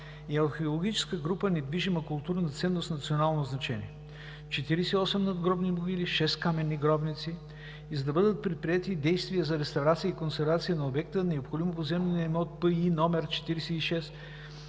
от археологическа група недвижима културна ценност от национално значение: 48 надгробни могили, шест каменни гробници. И за да бъдат предприети действия за реставрация и консервация на обекта, необходимо е поземлен имот ПИ №